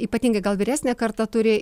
ypatingai gal vyresnė karta turi